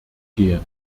gehen